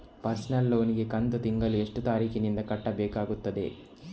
Personal loan ನ ಕಂತು ತಿಂಗಳ ಎಷ್ಟೇ ತಾರೀಕಿನಂದು ಕಟ್ಟಬೇಕಾಗುತ್ತದೆ?